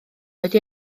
wedi